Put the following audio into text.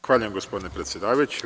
Zahvaljujem, gospodine predsedavajući.